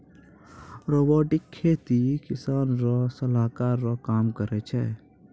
robotic खेती किसान रो सलाहकार रो काम करै छै